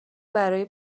برای